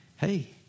hey